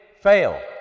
fail